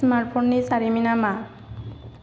smart फननि जारिमिना मा